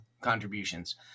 contributions